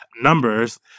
numbers